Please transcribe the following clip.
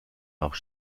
auch